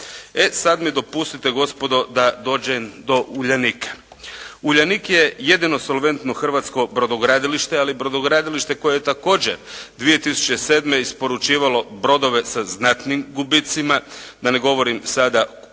sad mi dopustite gospodo da dođem do Uljanika. Uljanik je jedino solventno hrvatsko brodogradilište ali brodogradilište koje je također 2007. isporučivalo brodove sa znatnim gubicima. Da ne govorim sada koliko